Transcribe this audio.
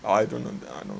I don't know